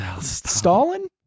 Stalin